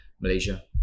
Malaysia